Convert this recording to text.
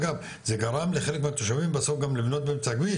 אגב זה גרם לחלק מהתושבים בסוף גם לבנות באמצע הכביש,